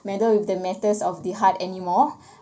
meddle with the matters of the heart anymore